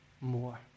more